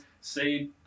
say